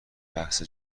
بحث